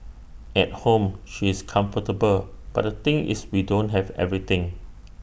at home she's comfortable but the thing is we don't have everything